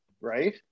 right